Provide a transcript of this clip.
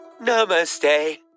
Namaste